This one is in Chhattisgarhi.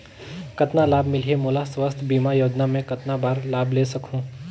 कतना लाभ मिलही मोला? स्वास्थ बीमा योजना मे कतना बार लाभ ले सकहूँ?